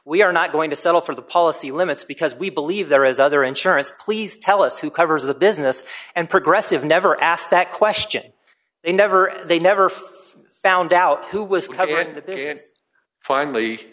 we are not going to settle for the policy limits because we believe there is other insurance please tell us who covers the business and progressive never asked that question they never they never st found out who was coming and that they finally